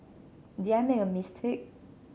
did I make a mistake